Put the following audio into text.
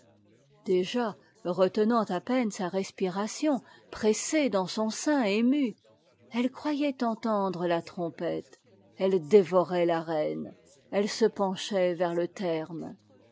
déjà retenant à peine sa respiration pressée dans son sein ému elle croyait entendre a trompette elle dévorait l'arène elle se penchait vers le terme